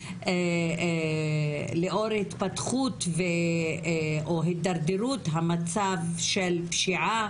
לאור התפתחות או הידרדרות המצב של פשיעה